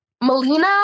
Melina